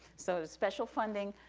so special funding,